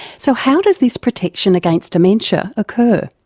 so how does this protection against dementia occur?